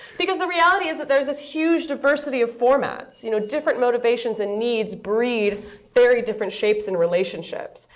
because the reality is that there is this huge diversity of formats. you know different motivations and needs breed very different shapes in relationships.